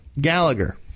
Gallagher